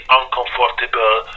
uncomfortable